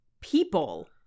people